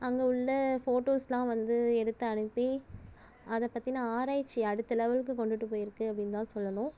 அங்கே உள்ள ஃபோட்டோஸ்லாம் வந்து எடுத்து அணுப்பி அதைப் பற்றின ஆராய்ச்சி அடுத்த லெவலுக்கு கொண்டுட்டு போயிருக்கு அப்படின்னுதான் சொல்லணும்